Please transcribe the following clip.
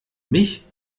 mich